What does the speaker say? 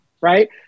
right